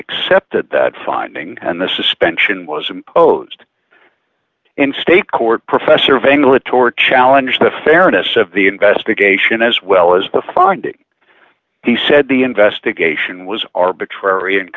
accepted that finding and the suspension was imposed in state court professor vangel it or challenge the fairness of the investigation as well as the finding he said the investigation was arbitrary